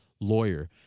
lawyer